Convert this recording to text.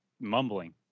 mumbling